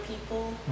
people